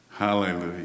Hallelujah